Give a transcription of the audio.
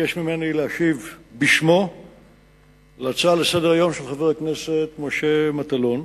ביקש ממני להשיב בשמו על ההצעה לסדר-היום של חבר הכנסת משה מטלון,